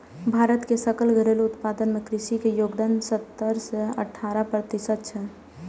भारत के सकल घरेलू उत्पादन मे कृषि के योगदान सतरह सं अठारह प्रतिशत छै